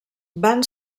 van